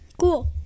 Cool